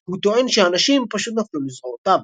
הוא טוען שהנשים "פשוט נפלו לזרועותיו".